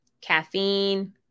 Caffeine